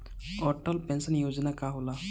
Atal pension Yojana का होला?